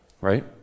Right